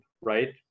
right